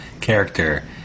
character